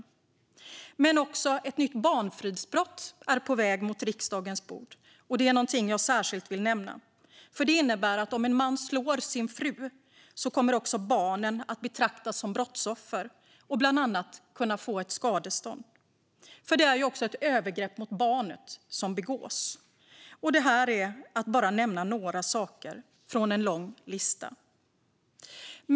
Även ett nytt barnfridsbrott är på väg till riksdagens bord, och det är något jag särskilt vill nämna. Det innebär att om en man slår sin fru kommer också barnen att betraktas som brottsoffer och bland annat kunna få skadestånd, för det är ju också ett övergrepp mot barnet som begås. Detta är bara några saker från en lång lista.